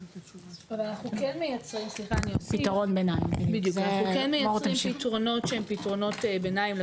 כמו שאמרה אלינור גם אנחנו נתקלים בממשל זמין בפלטפורמה שקיימת להם היום